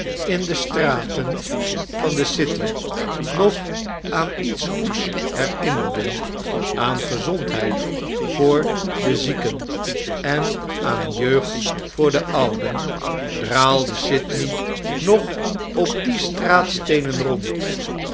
in de straten van de city nog aan iets goeds herinnerden aan gezondheid voor de zieken en aan jeugd voor de ouden draalde sydney nog op die straatsteenen rond